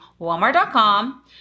walmart.com